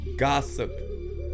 Gossip